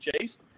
Chase